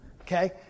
Okay